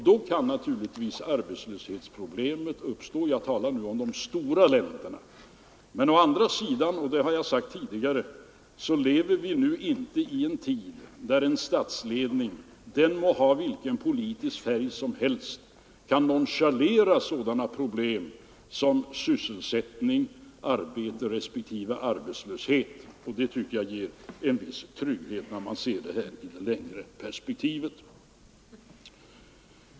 Då kan naturligtvis arbetslöshetsproblemet uppstå — jag talar nu om de stora länderna. Men, det har jag sagt tidigare, vi lever nu inte i en tid där en statsledning — den må ha vilken politisk färg som helst — kan nonchalera sådana problem som sysselsättning, arbete respektive arbetslöshet. Det tycker jag ger en viss trygghet när man ser på detta i det längre perspektivet.